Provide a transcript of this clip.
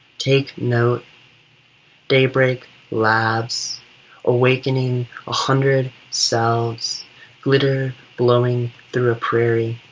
take note daybreak laughs awakening a hundred selves glitter blo wing through a prairie.